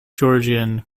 georgian